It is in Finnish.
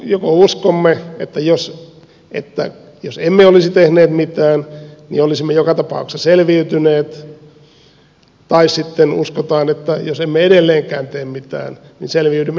joko uskomme että jos emme olisi tehneet mitään niin olisimme joka tapauksessa selviytyneet tai sitten uskotaan että jos emme edelleenkään tee mitään niin selviydymme jatkossakin